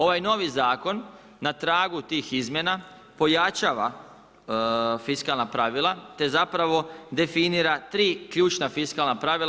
Ovaj novi zakon na tragu tih izmjena pojačava fiskalna pravila te zapravo definira tri ključna fiskalna pravila.